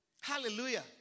Hallelujah